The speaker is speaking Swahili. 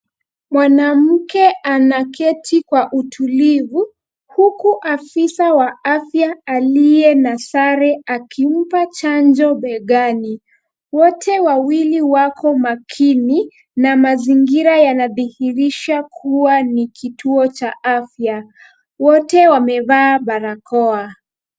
Mwanamke anaeti kwa utulivi huku afisa wa afya aliye na sare akimpa chanjo begani. Wote wawili wako makini na mazingira yanadhihirisha kuwa ni kituo cha afya. Wote wamevaa barakoa.